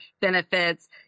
benefits